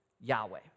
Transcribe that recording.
Yahweh